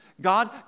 God